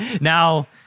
now